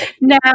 Now